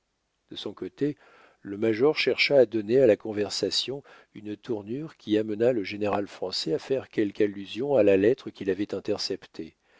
de son côté le major chercha à donner à la conversation une tournure qui amenât le général français à faire quelque allusion à la lettre qu'il avait interceptée